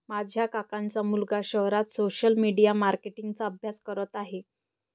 माझ्या काकांचा मुलगा शहरात सोशल मीडिया मार्केटिंग चा अभ्यास करत आहे